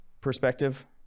perspective